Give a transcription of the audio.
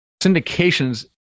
Syndications